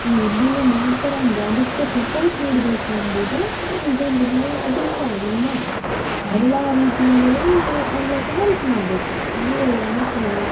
ಒಂದು ಉದ್ದಿಮೆ ಮಾಡ್ತಾರ ಅಂದರೆ ಅದಕ್ಕೆ ಸಪೋರ್ಟ್ ನೀಡ್ಬೇಕು ಅಂಬುದು ಈ ಜನ್ರದ್ದು ಒಂದು ಅಭಿಪ್ರಾಯ ಒಂದು ಮಾತು ಎಲ್ಲ ರೀತಿಯಿಂದಲೂ ಒಂದು ಲೆಕ್ಕ ಹೆಲ್ಪ್ ಮಾಡ್ಬೇಕು ಹಂಗೆಯೇ ಮತ್ತೇನು